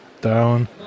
down